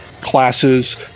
classes